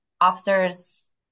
officers